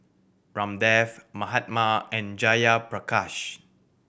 Ramdev Mahatma and Jayaprakash